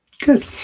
good